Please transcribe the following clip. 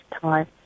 time